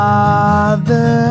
Father